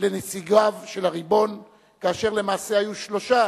לנציגיו של הריבון כאשר למעשה היו שלושה,